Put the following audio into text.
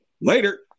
Later